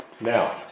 Now